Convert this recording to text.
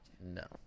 No